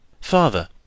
Father